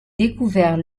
découvert